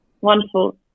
Wonderful